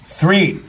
three